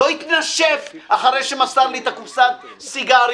לא התנשף אחרי שמסר לי את קופסת הסיגריות.